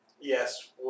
Yes